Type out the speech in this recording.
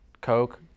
Coke